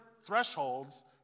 thresholds